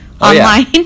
online